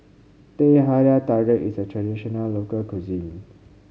Teh Halia Tarik is a traditional local cuisine